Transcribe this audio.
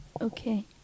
Okay